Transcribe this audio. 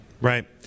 right